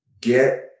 get